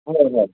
হয় হয়